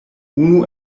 unu